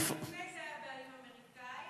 עוד לפני זה היה בעלים אמריקני.